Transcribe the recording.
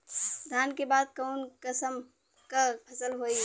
धान के बाद कऊन कसमक फसल होई?